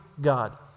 God